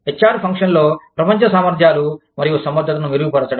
HR ఫంక్షన్లో ప్రపంచ సామర్థ్యాలు మరియు సమర్థతను మెరుగుపరచడం